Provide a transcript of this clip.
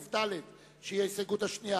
ל-139(20) יש הסתייגות של חברי כנסת והקבוצות השונות.